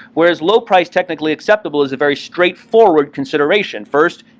whereas low price technically acceptable is a very straightforward consideration. first,